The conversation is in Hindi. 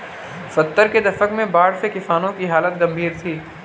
सत्तर के दशक में बाढ़ से किसानों की हालत गंभीर थी